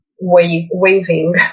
waving